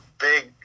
big